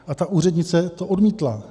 A ta úřednice to odmítla.